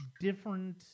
different